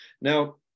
Now